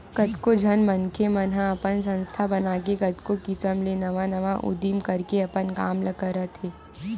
कतको झन मनखे मन ह अपन संस्था बनाके कतको किसम ले नवा नवा उदीम करके अपन काम ल करत हे